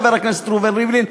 חבר הכנסת ראובן ריבלין,